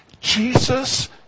Jesus